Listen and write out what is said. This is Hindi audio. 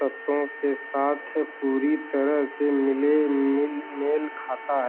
तत्वों के साथ पूरी तरह से मिले मेल खाता है